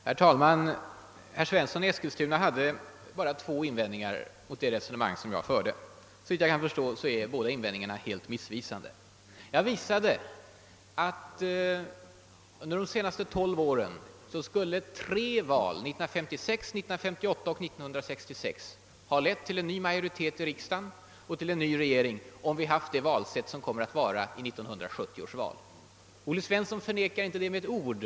Herr talman! Herr Svensson i Eskilstuna hade bara två invändningar mot mitt resonemang. Såvitt jag kan förstå är båda helt missvisande. Jag visade att tre val under de senaste 12 åren — 1956, 1958 och 1966 — skulle ha lett till en ny majoritet i riksdagen och en ny regering, om vi då haft det valsätt som kommer att tillämpas vid 1970 års val. Herr Svensson förnekar inte detta med ett ord.